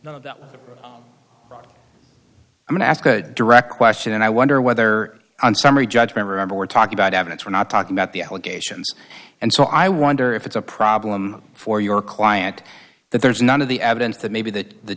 know that i mean ask a direct question and i wonder whether on summary judgment remember we're talking about evidence we're not talking about the allegations and so i wonder if it's a problem for your client that there's none of the evidence that maybe that the